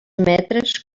metres